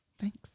Thanks